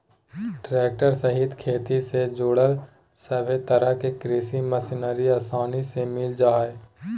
tractor सहित खेती से जुड़ल सभे तरह के कृषि मशीनरी आसानी से मिल जा हइ